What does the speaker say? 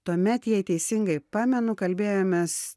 tuomet jei teisingai pamenu kalbėjomės